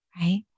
right